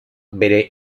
bere